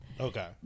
Okay